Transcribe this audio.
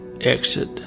exit